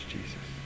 Jesus